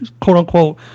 quote-unquote